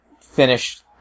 finish